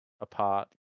apart